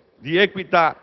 In tal modo, riteniamo di poter conseguire quegli obiettivi di equità